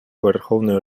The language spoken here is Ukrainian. верховної